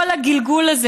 כל הגלגול הזה,